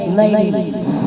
ladies